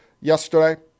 yesterday